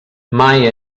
mai